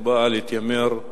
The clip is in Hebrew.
מתיימרת